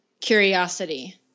curiosity